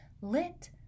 lit